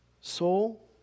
Soul